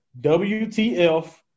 WTF